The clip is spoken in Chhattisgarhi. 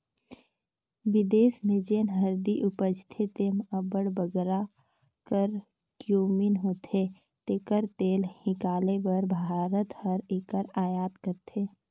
बिदेस में जेन हरदी उपजथे तेम्हें अब्बड़ बगरा करक्यूमिन होथे जेकर तेल हिंकाले बर भारत हर एकर अयात करथे